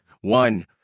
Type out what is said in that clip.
One